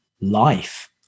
life